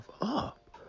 up